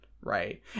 right